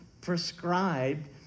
prescribed